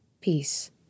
peace